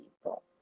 people